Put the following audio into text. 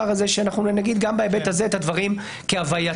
הזה שנאמר גם בהיבט הזה את הדברים כהווייתם.